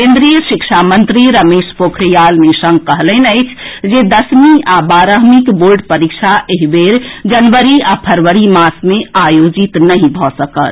केन्द्रीय शिक्षा मंत्री रमेश पोखरियाल निशंक कहलनि अछि जे दसमी आ बारहमीक बोर्ड परीक्षा एहि बेर जनवरी आ फरवरी मास मे आयोजित नहि भऽ सकत